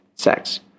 sex